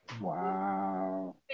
Wow